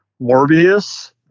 Morbius